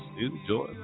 Enjoy